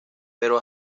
pero